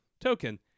token